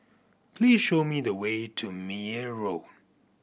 please show me the way to Meyer Road